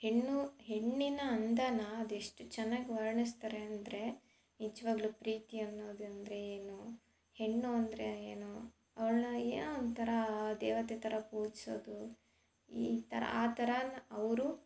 ಹೆಣ್ಣು ಹೆಣ್ಣಿನ ಅಂದನ ಅದೆಷ್ಟು ಚೆನ್ನಾಗಿ ವರ್ಣಿಸ್ತಾರೆ ಅಂದರೆ ನಿಜವಾಗ್ಲು ಪ್ರೀತಿ ಅನ್ನೋದು ಅಂದರೆ ಏನು ಹೆಣ್ಣು ಅಂದರೆ ಏನು ಅವ್ಳನ್ನ ಏನೋ ಒಂಥರ ದೇವತೆ ಥರ ಪೂಜಿಸೋದು ಈ ಥರ ಆ ಥರ ಅವರು